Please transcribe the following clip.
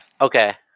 Okay